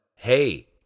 Hey